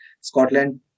Scotland